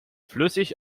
flüssig